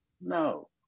No